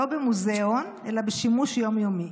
לא במוזיאון אלא בשימוש יום-יומי.